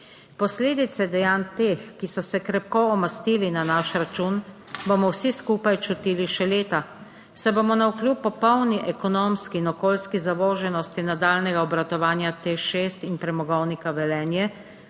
Posledice dejanj teh, ki so se krepko omastili na naš račun, bomo vsi skupaj čutili še leta, saj bomo navkljub popolni ekonomski in okoljski zavoženosti nadaljnjega obratovanja TEŠ 6 in Premogovnika Velenje